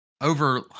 Over